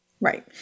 Right